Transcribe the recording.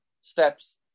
steps